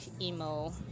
emo